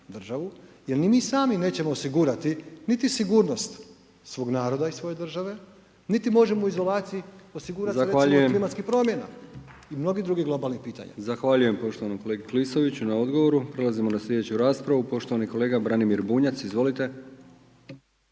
jer ni mi sami nećemo osigurati niti sigurnost svog naroda i svoje države niti možemo u izolaciji osigurati recimo od klimatskih promjena i mnogih drugih globalnih pitanja. **Brkić, Milijan (HDZ)** Zahvaljujem poštovanom kolegi Klisoviću na odgovoru. Prelazimo na sljedeću raspravu poštovani kolega Branimir Bunjac. Izvolite.